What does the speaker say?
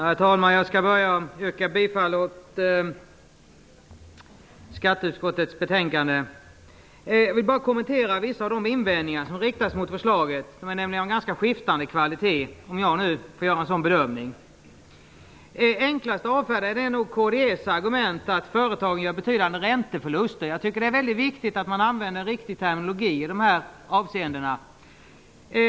Herr talman! Jag skall börja med att yrka bifall till hemställan i skatteutskottets betänkande. Jag vill kommentera vissa av de invändningar som riktas mot förslaget. De är nämligen av ganska skiftande kvalitet - om jag får göra en sådan bedömning. Enklast att avfärda är nog kds argument att företagen gör betydande ränteförluster. Jag tycker att det är väldigt viktigt att man använder en riktig terminologi i dessa avseenden.